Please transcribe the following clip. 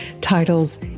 titles